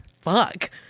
fuck